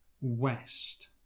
west